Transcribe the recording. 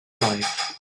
life